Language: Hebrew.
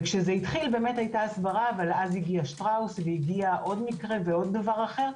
וכשזה התחיל הית הסברה אבל אז הגיע שטראוס והגיע עוד מקרה ועוד דבר אחר,